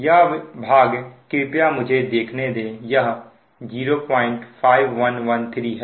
यह भाग कृपया मुझे देखने दे यह 05113 है